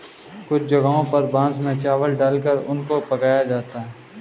कुछ जगहों पर बांस में चावल डालकर उनको पकाया जाता है